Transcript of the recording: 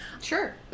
Sure